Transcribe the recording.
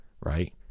right